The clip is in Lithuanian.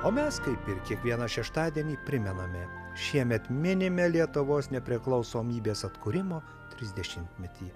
o mes kaip ir kiekvieną šeštadienį primename šiemet minime lietuvos nepriklausomybės atkūrimo trisdešimtmetį